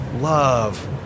love